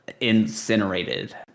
incinerated